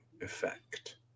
effect